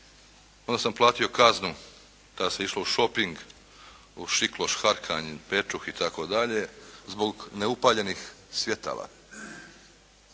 onda sam platio kaznu, tada se išlo u šoping u Šikloš, Harkanj, Pečuh i tako dalje zbog neupaljenih svjetala.